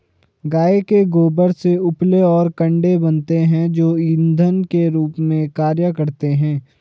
गाय के गोबर से उपले और कंडे बनते हैं जो इंधन के रूप में कार्य करते हैं